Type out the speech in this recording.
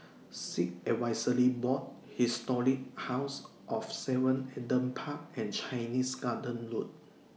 Sikh Advisory Board Historic House of seven Adam Park and Chinese Garden Road